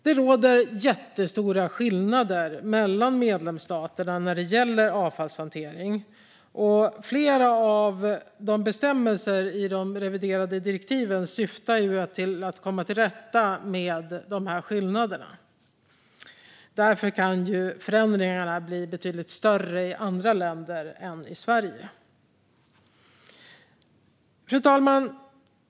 Det råder jättestora skillnader mellan medlemsstaterna när det gäller avfallshantering. Flera bestämmelser i de reviderade direktiven syftar till att komma till rätta med dessa skillnader. Därför kan förändringarna bli betydligt större i andra länder än i Sverige. Fru talman!